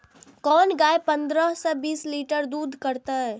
कोन गाय पंद्रह से बीस लीटर दूध करते?